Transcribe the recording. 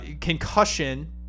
concussion